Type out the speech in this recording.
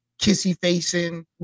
kissy-facing